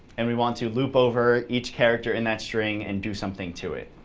and we want to loop over each character in that string and do something to it.